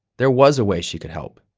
there was a way she could help.